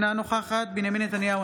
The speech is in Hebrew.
אינה נוכחת בנימין נתניהו,